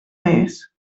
més